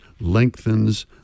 lengthens